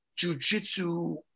jujitsu